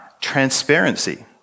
transparency